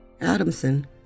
Adamson